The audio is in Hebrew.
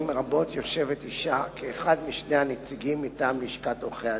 רבות אשה כאחד משני הנציגים מטעם לשכת עורכי-הדין,